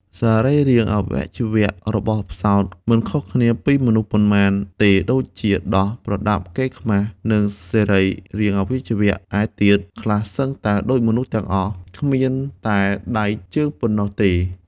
សរីរាវៈយវៈរបស់ផ្សោត មិនខុសគ្នាពីមនុស្សប៉ុន្មានទេដូចជា ដោះ, ប្រដាប់កេរខ្មាស និងសរីរាវៈយវៈឯទៀតខ្លះសឹងតែដូចមនុស្សទាំងអស់ គ្មានតែដៃជើងប៉ុណ្ណោះទេ ។